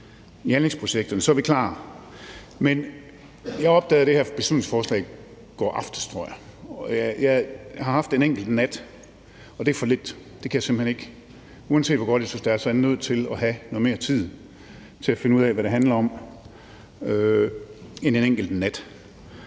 i anlægsprojekterne, så er vi klar. Jeg opdagede de her ændringsforslag i går aftes, tror jeg. Jeg har haft en enkelt nat til det, og det er simpelt hen for lidt. Uanset hvor godt jeg synes, det er, er jeg nødt til at have noget mere tid til at finde ud af, hvad det handler om, end en enkelt nat.